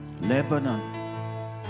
lebanon